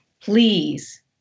Please